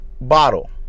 bottle